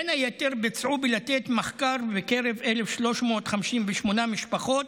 בין היתר, ביצעו בלתת מחקר בקרב 1,358 משפחות